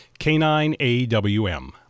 K9AWM